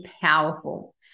powerful